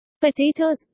Potatoes